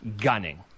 Gunning